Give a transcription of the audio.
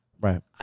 Right